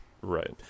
right